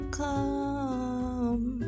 come